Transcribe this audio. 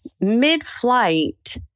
mid-flight